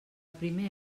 primer